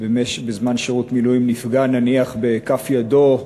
בזמן שירות מילואים נפגע, נניח בכף ידו,